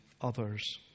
others